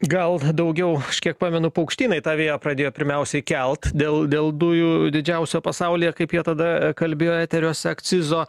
gal daugiau kiek pamenu paukštynai tą vėją pradėjo pirmiausiai kelt dėl dėl dujų didžiausio pasaulyje kaip jie tada kalbėjo eteriuose akcizo